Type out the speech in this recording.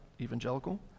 evangelical